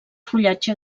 fullatge